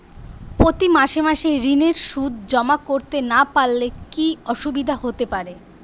প্রতি মাসে মাসে ঋণের সুদ জমা করতে না পারলে কি অসুবিধা হতে পারে?